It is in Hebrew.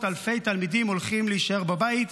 אלפי תלמידים הולכים להישאר בבית,